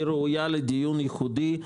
כל נכות ראויה לדיון ייחודי,